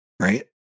Right